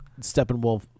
steppenwolf